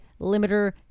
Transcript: limiter